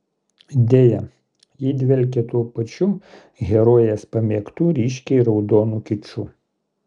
deja ji dvelkia tuo pačiu herojės pamėgtu ryškiai raudonu kiču